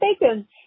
Bacon